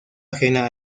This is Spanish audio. ajena